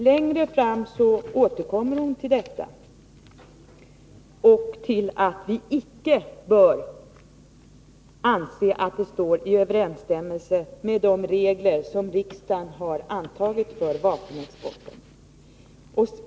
Längre fram återkommer hon till detta och till att vi icke bör anse att det står i överensstämmelse med de regler som riksdagen har antagit för vapenexporten.